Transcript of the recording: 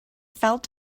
felt